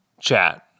chat